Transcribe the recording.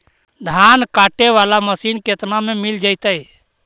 धान काटे वाला मशीन केतना में मिल जैतै?